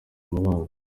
umubano